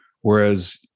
Whereas